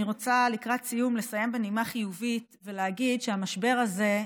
אני רוצה לקראת סיום לסיים בנימה חיובית ולהגיד שהמשבר הזה,